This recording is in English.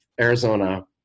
Arizona